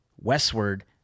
westward